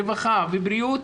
רווחה ובריאות,